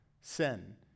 Sin